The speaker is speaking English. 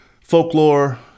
folklore